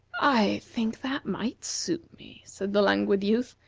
i think that might suit me, said the languid youth.